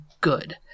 good